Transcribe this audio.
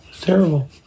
Terrible